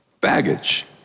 baggage